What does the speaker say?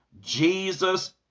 Jesus